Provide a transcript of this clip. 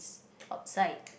outside